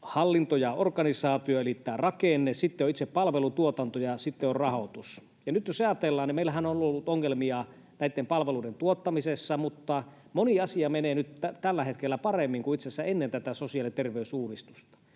hallinto ja organisaatio eli tämä rakenne, sitten on itse palvelutuotanto ja sitten on rahoitus. Nyt jos ajatellaan, niin meillähän on ollut ongelmia näiden palveluiden tuottamisessa, mutta moni asia menee nyt tällä hetkellä paremmin kuin itse asiassa ennen tätä sosiaali‑ ja terveysuudistusta.